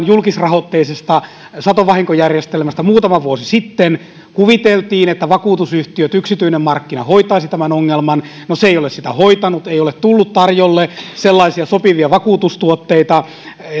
julkisrahoitteisesta satovahinkojärjestelmästä muutama vuosi sitten kuviteltiin että vakuutusyhtiöt yksityinen markkina hoitaisivat tämän ongelman no se ei ole sitä hoitanut ei ole tullut tarjolle sellaisia sopivia vakuutustuotteita